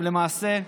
למעשה,